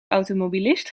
automobilist